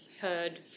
heard